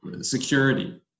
security